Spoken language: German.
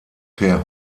per